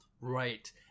Right